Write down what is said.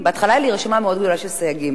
בהתחלה היתה לי רשימה מאוד גדולה של סייגים.